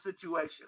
situation